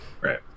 Right